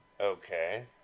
Okay